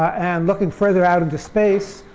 and looking further out into space,